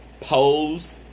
Pose